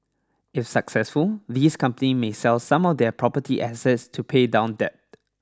if successful these companies may sell some of their property assets to pay down debt